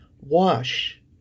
Wash